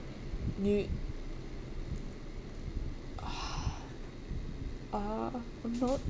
you ah ah I'm not